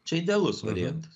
čia idealus variantas